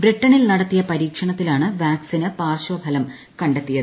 ബ്രിട്ടണിൽ നടത്തിയ പരീക്ഷണത്തിലാണ് വാക്സിന് പാർശ്വഫലം കണ്ടെത്തിയത്